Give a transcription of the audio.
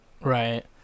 Right